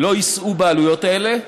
לא יישאו בעלויות האלה,